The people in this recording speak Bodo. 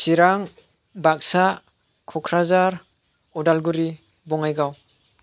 चिरां बाकसा क'क्राझार अदालगुरि बङाइगाव